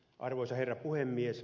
arvoisa herra puhemies